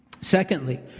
Secondly